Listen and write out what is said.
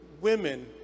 women